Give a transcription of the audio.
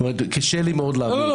לא,